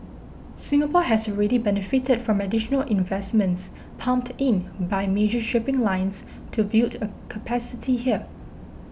Singapore has already benefited from additional investments pumped in by major shipping lines to build a capacity here